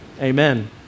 amen